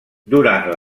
durant